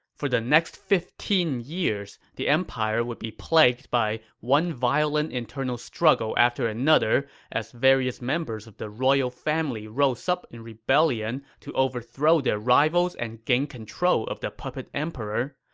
for the next fifteen years, the empire would be plagued by one violent internal struggle after another as various members of the royal family rose up in rebellion to overthrow their rivals and gain control of the puppet emperor.